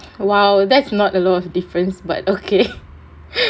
!wow! that's not a lot of difference but okay